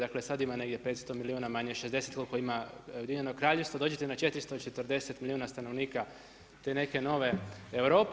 Dakle, sad ima negdje 500 milijuna manje, 60 koliko ima Ujedinjeno Kraljevstvo dođete na 440 milijuna stanovnika te neke nove Europe.